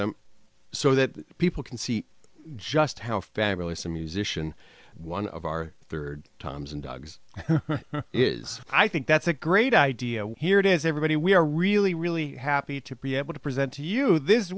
them so that people can see just how fabulous a musician one of our third times in dogs is i think that's a great idea here it is everybody we are really really happy to be able to present to you this